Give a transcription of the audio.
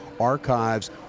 archives